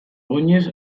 oinez